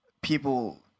people